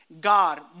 God